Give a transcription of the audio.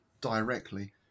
directly